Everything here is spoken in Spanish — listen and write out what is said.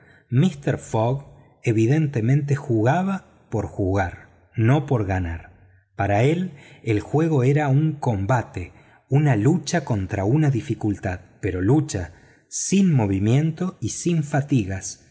míster fogg evidentemente jugaba por jugar no por ganar para él el juego era un combate una lucha contra una dificultad pero lucha sin movimiento y sin fatigas